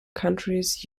countries